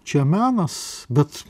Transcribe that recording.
čia menas bet